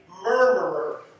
murmurer